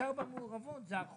במקום שבו כולם דרוזים --- כן,